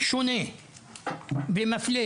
בטיפול בין האזרח הערבי לאזרח היהודי הוא שונה ומפלה,